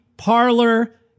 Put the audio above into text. Parlor